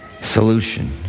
solution